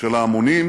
של ההמונים,